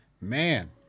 Man